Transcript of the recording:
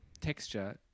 texture